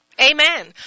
Amen